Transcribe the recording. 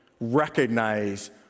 recognize